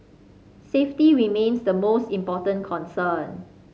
safety remains the most important concern